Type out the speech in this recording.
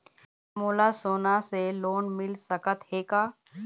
मोला सोना से लोन मिल सकत हे का?